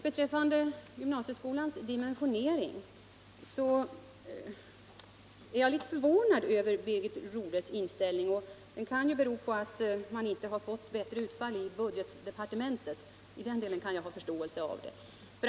Beträffande gymnasieskolans dimensionering är jag litet förvånad över Birgit Rodhes inställning — men den kan ju bero på att man inte har fått bättre utfall i budgetdepartementet. Om det är så kan jag ha förståelse för situationen.